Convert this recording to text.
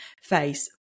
face